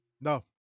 No